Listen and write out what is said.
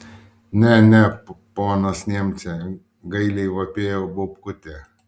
ne ne ponas niemce gailiai vapėjo baubkutė